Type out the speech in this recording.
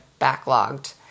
backlogged